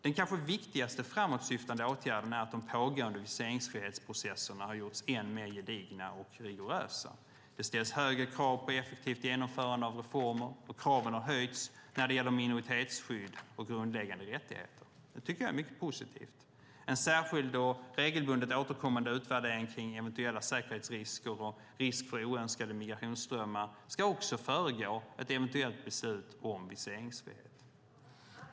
Den kanske viktigaste framåtsyftande åtgärden är att de pågående viseringsfrihetsprocesserna har gjorts än mer gedigna och rigorösa. Det ställs högre krav på effektivt genomförande av reformer, och kraven har höjts när det gäller minoritetsskydd och grundläggande rättigheter. Det tycker jag är mycket positivt. En särskild och regelbundet återkommande utvärdering kring eventuella säkerhetsrisker och risk för oönskade migrationsströmmar ska också föregå ett eventuellt beslut om viseringsfrihet.